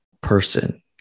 person